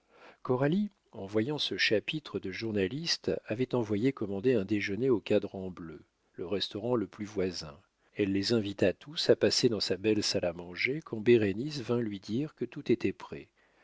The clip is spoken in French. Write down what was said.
coralie en voyant ce chapitre de journalistes avait envoyé commander un déjeuner au cadran-bleu le restaurant le plus voisin elle les invita tous à passer dans sa belle salle à manger quand bérénice vint lui dire que tout était prêt